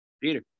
Peter